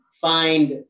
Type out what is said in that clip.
find